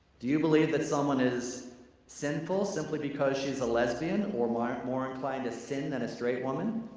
do you believe that someone is sinful simply because she's a lesbian or more more inclined to sin than a straight woman?